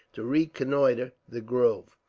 to reconnoitre the grove.